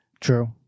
True